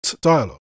dialogue